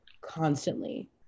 constantly